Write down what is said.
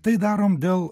tai darom dėl